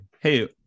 hey